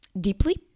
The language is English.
deeply